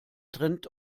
trennt